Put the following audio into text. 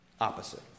Opposite